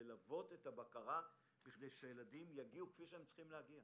ללוות את הבקרה בכדי שהילדים יגיעו כפי שהם צריכים להגיע,